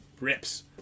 rips